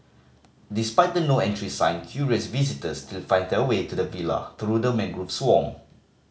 despite the No Entry sign curious visitors still find their way to the villa through the mangrove swamp